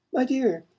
my dear,